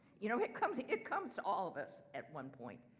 you know it comes it comes to all of us at one point.